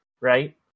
right